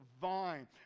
vine